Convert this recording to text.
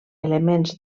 elements